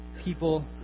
people